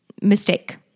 mistake